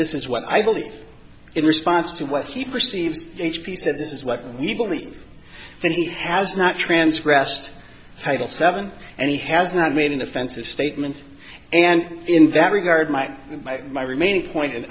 this is what i believe in response to what he perceives h p said this is what you believe that he has not transgressed title seven and he has not made an offensive statement and in that regard my my my remaining point